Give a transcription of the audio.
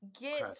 Get